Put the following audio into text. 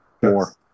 Four